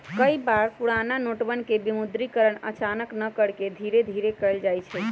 कई बार पुराना नोटवन के विमुद्रीकरण अचानक न करके धीरे धीरे कइल जाहई